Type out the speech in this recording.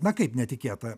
na kaip netikėta